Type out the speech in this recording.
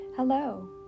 Hello